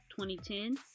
2010